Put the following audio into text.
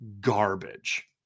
garbage